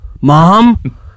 Mom